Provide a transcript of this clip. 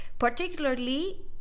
Particularly